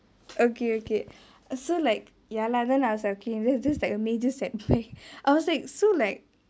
okay okay so like ya lah then I was like okay there's this like a major setback I was like so like